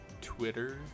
twitter